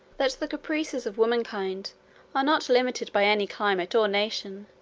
that the caprices of womankind are not limited by any climate or nation,